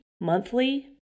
monthly